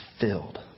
filled